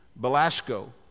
Belasco